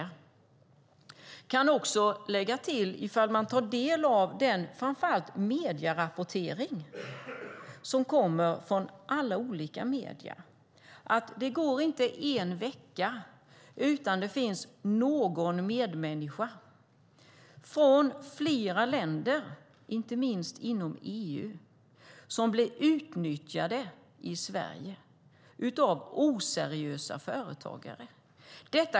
Jag kan också lägga till att genom framför allt rapporteringen från olika medier går det inte en vecka utan att vi får veta att det finns medmänniskor från flera länder, inte minst inom EU, som blir utnyttjade i Sverige av oseriösa företagare.